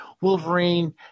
Wolverine